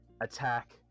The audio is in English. attack